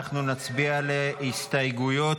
אנחנו נצביע על הסתייגויות.